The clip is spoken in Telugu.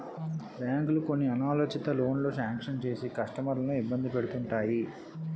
బ్యాంకులు కొన్ని అనాలోచిత లోనులు శాంక్షన్ చేసి కస్టమర్లను ఇబ్బంది పెడుతుంటాయి